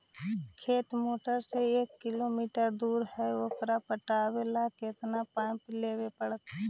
खेत मोटर से एक किलोमीटर दूर है ओकर पटाबे ल केतना पाइप लेबे पड़तै?